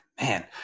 Man